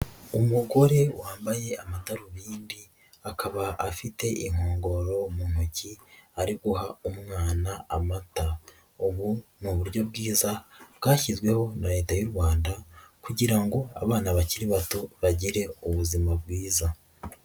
Umugore wambaye amadarubindi, akaba afite inkongoro mu ntoki, ari guha umwana amata, ubu ni uburyo bwiza, bwashyizweho na Leta y'u Rwanda kugira ngo abana bakiri bato, bagire ubuzima bwiza.